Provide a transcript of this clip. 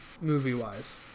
movie-wise